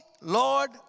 Lord